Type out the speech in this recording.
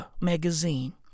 magazine